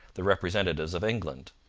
the representatives of england.